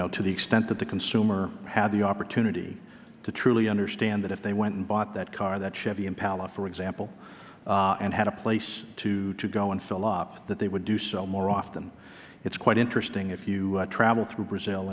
know to the extent that the consumer had the opportunity to truly understand that if they went and bought that car that chevy impala for example and had a place to go and fill up that they would do so more often it is quite interesting if you travel through brazil